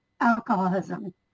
alcoholism